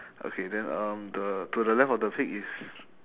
okay then um the to the left of the pig is